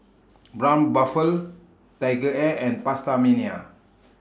Braun Buffel TigerAir and PastaMania